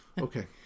okay